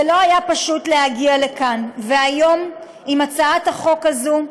זה לא היה פשוט להגיע לכאן היום עם הצעת החוק הזאת.